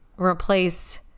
replace